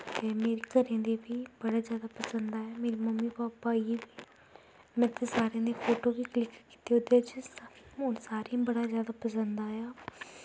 ते मेरे घर आह्लें गी बी बड़े जादा पसंद आया मेरी मम्मी पापा गी बी में फ्ही सारें दे फोटो बी क्लिक कीते ओह्दै च ओह् सारें गी बड़ा जादा पसंद आया